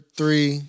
three